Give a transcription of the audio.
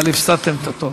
אבל הפסדתם את התור.